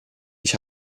ich